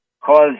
cause